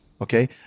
Okay